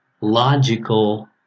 logical